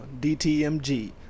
DTMG